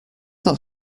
not